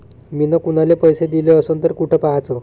मिन कुनाले पैसे दिले असन तर कुठ पाहाचं?